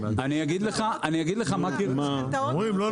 אני אגיד לך מה קרה